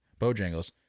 Bojangles